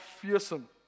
fearsome